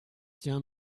tiens